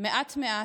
מעט מעט,